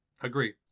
agree